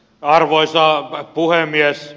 arvoisa puhemies